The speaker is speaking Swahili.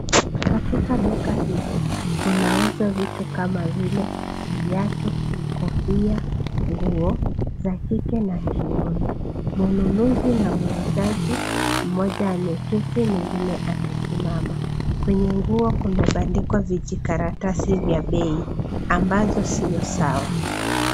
Katika duka hili kunauzwa vitu kama vile viatu, kofia, nguo za kike na kiume. Mnunuzi na muuzaji mmoja ameketi mwingine amesimama. Kwenye nguo kumebandikwa vijikaratasi vya bei ambazo sio sawa.